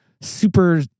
super